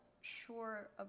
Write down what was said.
sure